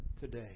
today